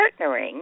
partnering